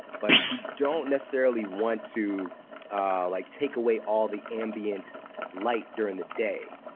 but you don't necessarily want to like take away all the ambient light during the day.